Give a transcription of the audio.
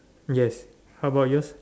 yes how about you